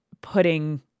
putting